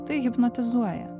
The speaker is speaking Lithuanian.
tai hipnotizuoja